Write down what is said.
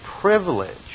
privilege